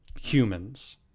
humans